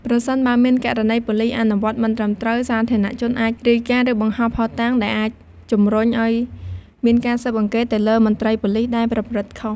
ប្រសិនបើមានករណី ប៉ូលិសអនុវត្តមិនត្រឹមត្រូវ សាធារណជន អាច រាយការណ៍ ឬ បង្ហោះភស្តុតាង ដែលអាច ជំរុញឱ្យមានការស៊ើបអង្កេតទៅលើ មន្ត្រីប៉ូលិសដែលប្រព្រឹត្តខុស។